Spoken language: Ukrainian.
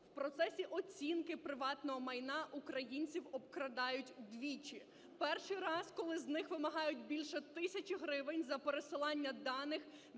В процесі оцінки приватного майна українців обкрадають двічі. Перший раз, коли з них вимагають більше тисячі гривень за пересилання даних